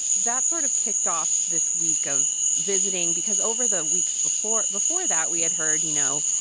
that sort of kicked off this week of visiting because over the weeks before before that, we had heard, you know,